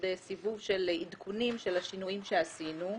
סיבוב של עדכונים של השינויים שעשינו,